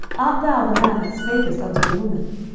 art thou the man that spakest unto the woman?